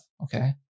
Okay